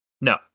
no